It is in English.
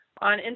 on